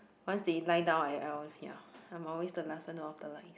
once they lied down ya I'm always the last one to off the lights